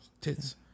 Tits